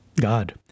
God